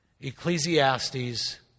Ecclesiastes